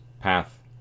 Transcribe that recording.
Path